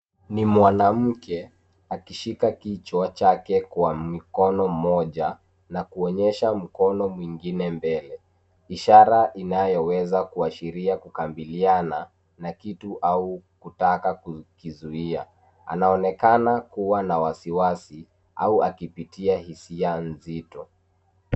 Ni mwanamke akishika kichwa chake kwa mkono mmoja na kuonyesha mkono mwingine mbele, ishara inayoweza kuashiria kukabiliana na kitu au kutaka kukizuia. Anaonekana kuwa na wasiwasi au akipitia hisia nzito.